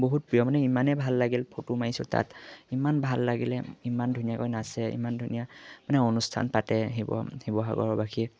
বহুত প্ৰিয় মানে ইমানেই ভাল লাগিল ফটো মাৰিছোঁ তাত ইমান ভাল লাগিলে ইমান ধুনীয়াকৈ নাচে ইমান ধুনীয়া মানে অনুষ্ঠান পাতে শিৱ শিৱসাগৰৰবাসীয়ে